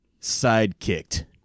sidekicked